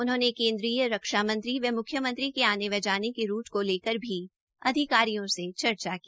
उन्होनें केन्द्रीय रक्षा मंत्री व मुख्यमंत्री के आने व जाने के रूट को लेकर भी अधिकारियों से चर्चा की